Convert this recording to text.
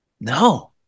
No